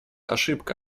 ошибка